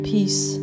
Peace